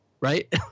Right